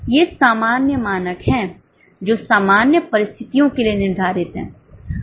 तो ये सामान्य मानक हैं जो सामान्य परिस्थितियों के लिए निर्धारित हैं